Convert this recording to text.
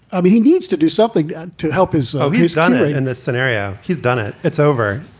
i mean, he needs to do something to help his oh, he's done it in this scenario. he's done it. it's over.